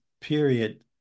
period